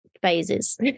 phases